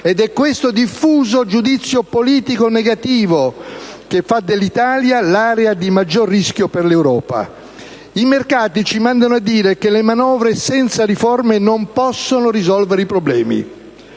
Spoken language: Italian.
Ed è questo diffuso giudizio politico negativo che fa dell'Italia l'area di maggior rischio per l'Europa. I mercati ci mandano a dire che le manovre senza riforme non possono risolvere i problemi.